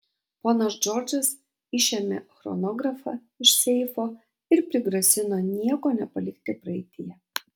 ponas džordžas išėmė chronografą iš seifo ir prigrasino nieko nepalikti praeityje